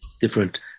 different